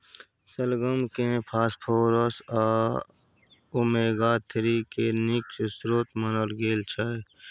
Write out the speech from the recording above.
शलगम केँ फास्फोरस आ ओमेगा थ्री केर नीक स्रोत मानल गेल छै